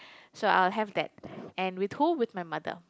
so I'll have that and with who with my mother